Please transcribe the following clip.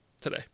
today